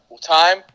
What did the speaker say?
time